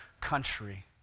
country